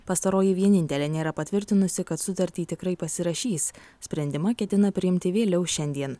pastaroji vienintelė nėra patvirtinusi kad sutartį tikrai pasirašys sprendimą ketina priimti vėliau šiandien